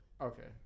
Okay